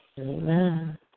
Amen